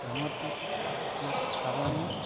રમતના કારણે